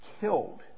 killed